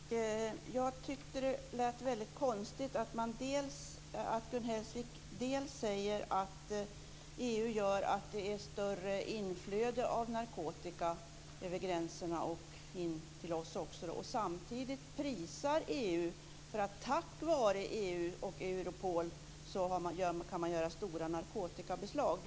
Herr talman! Jag tyckte att det lät väldigt konstigt att Gun Hellsvik sade att det är större inflöde av narkotika över gränserna, även in till oss, och samtidigt prisar EU för att vi tack vare EU och Europol kan göra stora narkotikabeslag.